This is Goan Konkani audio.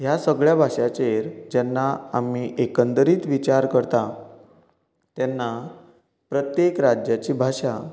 ह्या सगल्या भाशांचेर जेन्ना आमी एकंदरीत विचार करतात तेन्ना प्रत्येक राज्याची भाशा